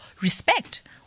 respect